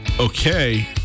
okay